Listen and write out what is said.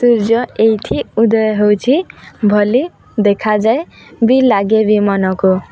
ସୂର୍ଯ୍ୟ ଏଇଠି ଉଦୟ ହଉଛି ବୋଲି ଦେଖାଯାଏ ବି ଲାଗେ ବିି ମନକୁ